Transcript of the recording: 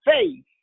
faith